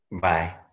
Bye